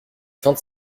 vingt